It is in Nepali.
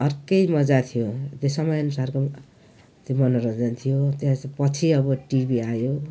अर्कै मजा थियो त्यो समयअनुसारको त्यो मनेरञ्जन थियो त्यसपछि अब टिभी आयो